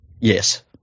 Yes